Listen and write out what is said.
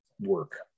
work